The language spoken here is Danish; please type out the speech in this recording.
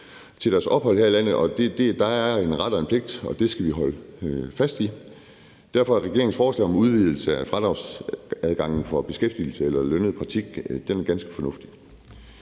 til deres ophold her i landet. Der er en ret og en pligt, og det skal vi holde fast i. Derfor er regeringens forslag om udvidelse af fradragsadgangen for beskæftigelse eller lønnet praktik ganske fornuftigt.